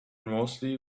mostly